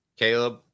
Caleb